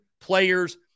players